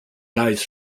guys